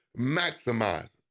maximize